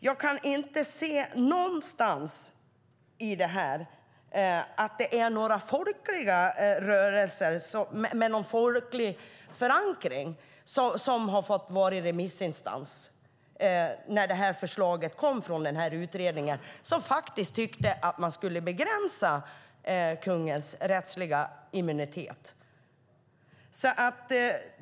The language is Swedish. Jag kan inte någonstans i detta se att några rörelser med folklig förankring har fått vara remissinstanser när förslaget kom från utredningen som faktiskt tyckte att man skulle begränsa kungens rättsliga immunitet.